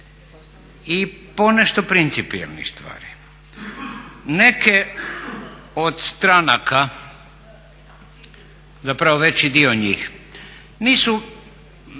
i ponešto principijelnih stvari. Neke od stranaka, zapravo veći dio njih nisu